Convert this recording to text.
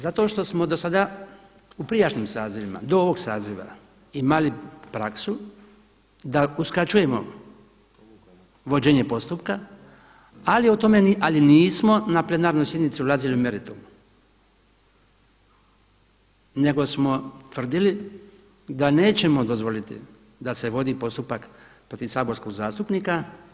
Zato što smo do sada u prijašnjim sazivima do ovoga saziva imali praksu da uskraćujemo vođenje postupka, ali nismo na plenarnoj sjednici ulazili u meritum, nego smo utvrdili da nećemo dozvoliti da se vodi postupak protiv saborskog zastupnika.